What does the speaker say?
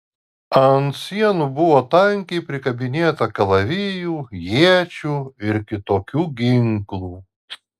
ant sienų buvo tankiai prikabinėta kalavijų iečių ir kitokių ginklų